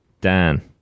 Dan